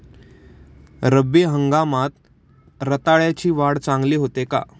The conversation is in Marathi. रब्बी हंगामात रताळ्याची वाढ चांगली होते का?